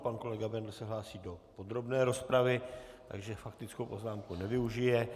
Pan kolega Bendl se hlásí do podrobné rozpravy, takže faktickou poznámku nevyužije.